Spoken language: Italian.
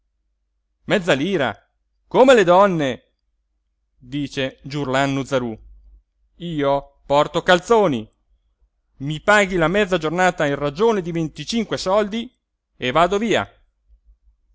lira come le donne dice giurlannu zarú io porto calzoni i paghi la mezza giornata in ragione di venticinque soldi e vado via